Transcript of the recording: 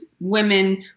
women